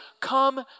come